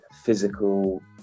physical